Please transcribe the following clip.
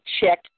check